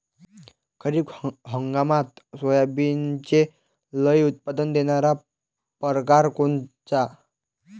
खरीप हंगामात सोयाबीनचे लई उत्पन्न देणारा परकार कोनचा?